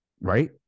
Right